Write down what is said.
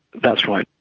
that's right.